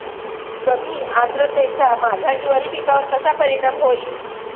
कमी आर्द्रतेचा माझ्या ज्वारी पिकावर कसा परिणाम होईल?